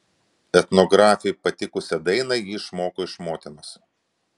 etnografei patikusią dainą ji išmoko iš motinos